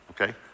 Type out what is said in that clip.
okay